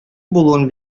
булуын